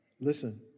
listen